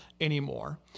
anymore